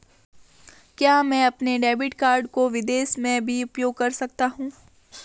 क्या मैं अपने डेबिट कार्ड को विदेश में भी उपयोग कर सकता हूं?